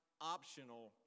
optional